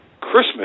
Christmas